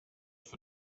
für